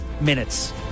minutes